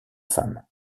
femme